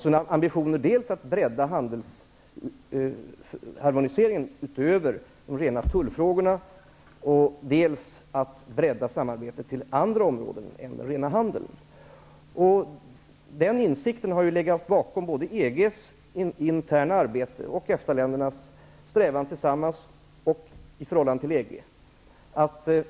Det var ambitioner dels att bredda handelsharmoniseringen utöver de rena tullfrågorna, dels att bredda samarbetet till andra områden än rena handeln. Den här insikten har legat bakom både EG:s interna arbete och EFTA-ländernas strävan i förhållande till EG.